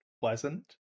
pleasant